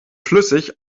flüssig